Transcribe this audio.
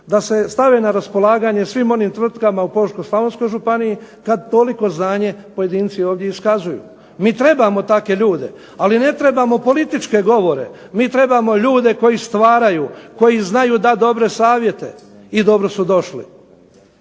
da se stave na raspolaganje svim onim tvrtkama u Požeško-slavonskoj županiji kada toliko znanje pojedinci ovdje iskazuju. MI trebamo takve ljude, mi ne trebamo političke govore, mi trebamo ljude koji stvaraju, koji znaju dati dobre savjete i dobro su došli.